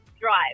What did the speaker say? drive